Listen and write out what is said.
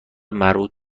مربوط